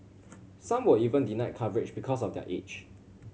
some were even denied coverage because of their age